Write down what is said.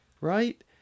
right